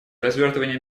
развертывания